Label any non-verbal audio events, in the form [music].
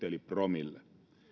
[unintelligible] eli promille